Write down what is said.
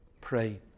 pray